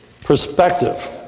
perspective